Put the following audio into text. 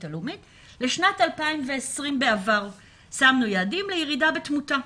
הלאומית לשנת 2020. שמנו יעדים לירידה בתמותה.